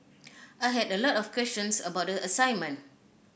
I had a lot of questions about the assignment